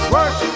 Work